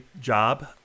job